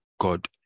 God